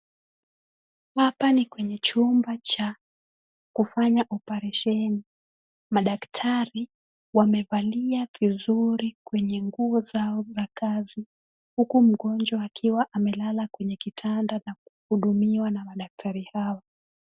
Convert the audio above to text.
Hapa ni kwenye chumba cha kufanya oparesheni. Madaktari wamevalia vizuri kwenye nguo zao za kazi huku mgonjwa akiwa amelala kwenye kitanda na kuhudumiwa na madaktari hawa.